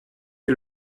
est